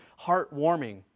heartwarming